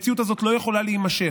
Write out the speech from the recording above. המציאות הזאת לא יכולה להימשך.